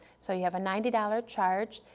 so you have a ninety dollars charge.